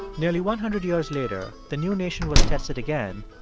nearly one hundred years later, the new nation was tested again,